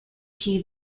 key